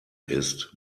ist